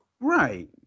right